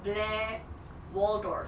blair waldorf